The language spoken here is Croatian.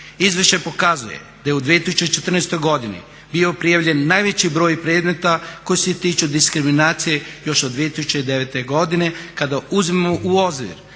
Izvješće pokazuje da je u 2014. godini bio prijavljen najveći broj predmeta koji se tiču diskriminacije još od 2009. godine kada uzmimo u obzir